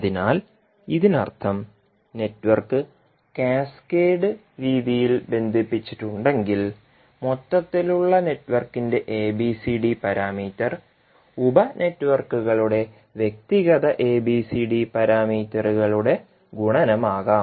അതിനാൽ ഇതിനർത്ഥം network cascade രീതിയിൽ ബന്ധിപ്പിച്ചിട്ടുണ്ടെങ്കിൽ മൊത്തത്തിലുള്ള നെറ്റ്വർക്കിന്റെ എബിസിഡി പാരാമീറ്റർ ഉപ നെറ്റ്വർക്കുകളുടെ വ്യക്തിഗത എബിസിഡി പാരാമീറ്ററുകളുടെ ഗുണനമാകാം